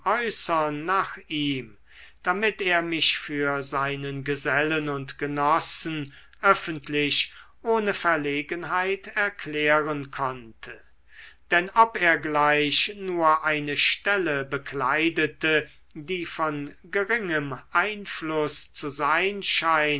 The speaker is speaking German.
nach ihm damit er mich für seinen gesellen und genossen öffentlich ohne verlegenheit erklären konnte denn ob er gleich nur eine stelle bekleidete die von geringem einfluß zu sein scheint